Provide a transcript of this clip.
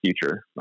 future